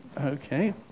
Okay